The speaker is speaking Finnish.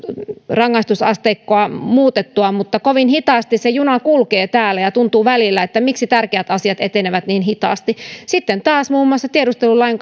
rangaistusasteikkoa muutettua mutta kovin hitaasti se juna kulkee täällä ja tuntuu välillä että tärkeät asiat etenevät hitaasti sitten taas muun muassa tiedustelulain